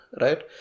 right